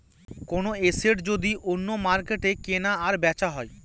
কোনো এসেট যদি অন্য মার্কেটে কেনা আর বেচা হয়